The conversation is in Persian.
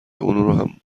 اون